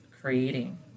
creating